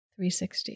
360